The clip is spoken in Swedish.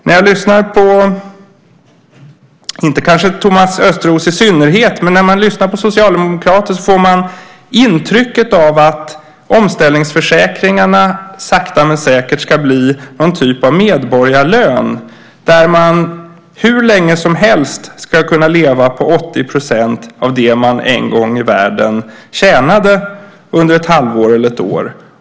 När man lyssnar på socialdemokrater, men kanske inte Thomas Östros i synnerhet, får man intrycket av att omställningsförsäkringarna sakta men säkert ska bli någon typ av medborgarlön och att man hur länge som helst ska kunna leva på 80 % av det som man en gång i världen tjänade under ett halvår eller ett år.